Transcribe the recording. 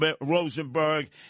Rosenberg